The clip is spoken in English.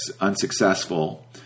unsuccessful